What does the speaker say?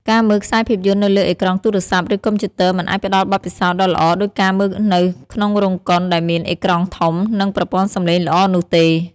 ការមើលខ្សែភាពយន្តនៅលើអេក្រង់ទូរស័ព្ទឬកុំព្យូទ័រមិនអាចផ្តល់បទពិសោធន៍ដ៏ល្អដូចការមើលនៅក្នុងរោងកុនដែលមានអេក្រង់ធំនិងប្រព័ន្ធសំឡេងល្អនោះទេ។